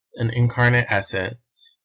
an incarnate essence,